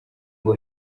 ngo